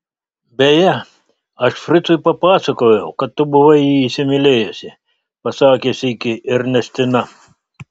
beje aš fricui papasakojau kad tu buvai jį įsimylėjusi pasakė sykį ernestina